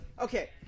Okay